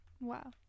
wow